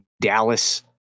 Dallas